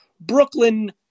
Brooklyn